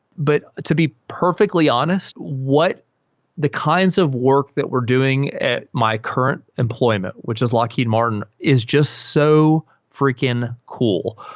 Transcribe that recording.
but to be perfectly honest, what the kinds of work that we're doing at my current employment, which is lockheed martin, is just so freaking cool,